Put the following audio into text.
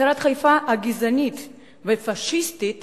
הצהרת חיפה הגזענית והפאשיסטית